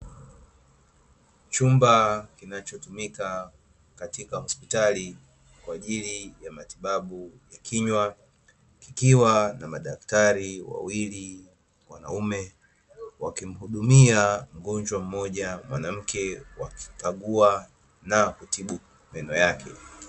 Chumba kinachotumika katika hospitali kwaajili ya matibabu ya kinywa, kikiwa na madaktari wawili wanaume wakimhudumia mgonjwa mmoja mwanamke wakikagua na kutibu meno yake.